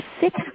six